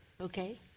Okay